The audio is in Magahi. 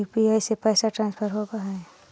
यु.पी.आई से पैसा ट्रांसफर होवहै?